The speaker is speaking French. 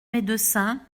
médecin